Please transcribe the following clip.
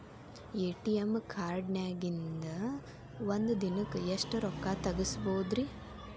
ATM ಕಾರ್ಡ್ನ್ಯಾಗಿನ್ದ್ ಒಂದ್ ದಿನಕ್ಕ್ ಎಷ್ಟ ರೊಕ್ಕಾ ತೆಗಸ್ಬೋದ್ರಿ?